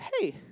hey